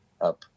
up